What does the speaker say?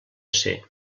ser